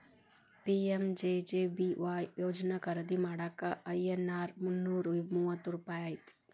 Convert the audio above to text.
PMJJBY ಯೋಜನಾ ಖರೇದಿ ಮಾಡಾಕ ಐ.ಎನ್.ಆರ್ ಮುನ್ನೂರಾ ಮೂವತ್ತ ರೂಪಾಯಿ ಐತಿ